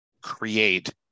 create